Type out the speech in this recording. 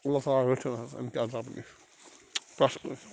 اللہ تعالا رٔچھِنۍ حظ اَمہِ کہِ عذابہٕ نِش پرٛتھ کٲنٛسہِ